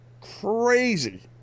crazy